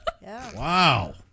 Wow